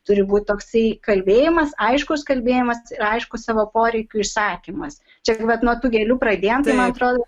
turi būt toksai kalbėjimas aiškus kalbėjimas ir aiškus savo poreikių išsakymas čia vat nuo tų gėlių pradėjom tai man atrodo